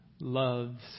loves